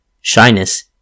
shyness